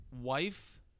wife